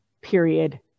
period